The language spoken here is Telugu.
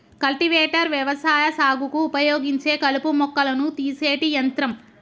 కల్టివేటర్ వ్యవసాయ సాగుకు ఉపయోగించే కలుపు మొక్కలను తీసేటి యంత్రం